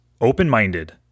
open-minded